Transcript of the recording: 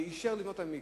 שאישר לבנות את המקווה.